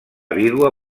vídua